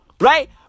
right